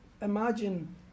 imagine